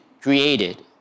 created